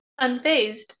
Unfazed